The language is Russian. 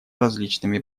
различными